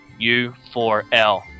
U4L